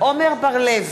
עמר בר-לב,